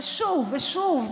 ושוב ושוב,